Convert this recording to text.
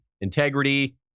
Integrity